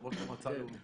זאב.